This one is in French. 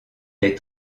les